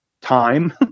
time